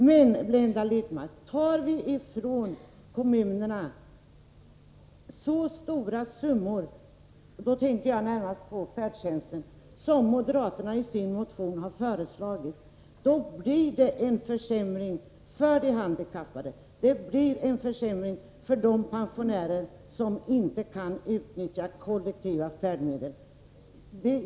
Men, Blenda Littmarck, om vi berövar kommunerna så stora summor — jag tänker då närmast på färdtjänstbidragen — som moderaterna i sin motion har föreslagit, kommer det att innebära en försämring för de handikappade, och det blir en försämring för de pensionärer som inte kan utnyttja kollektiva färdmedel.